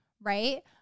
Right